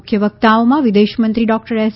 મુખ્ય વક્તાઓમાં વિદેશમંત્રી ડોક્ટર એસ